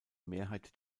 mehrheit